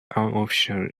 unofficial